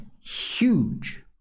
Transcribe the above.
huge